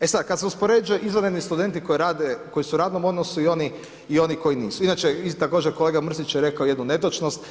E sad, kad se uspoređuje izvanredni studenti koji rade, koji su u radnom odnosu i oni koji nisu, inače također kolega Mrsić je rekao jednu netočnost.